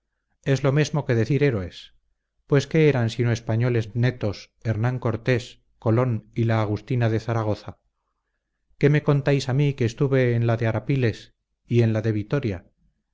es lo mesmo que decir héroes pues qué eran sino españoles netos hernán cortés colón y la agustina de zaragoza qué me contáis a mí que estuve en la de arapiles y en la de vitoria